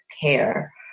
care